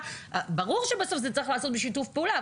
ברור שבסוף זה צריך להיעשות בשיתוף פעולה,